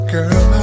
Girl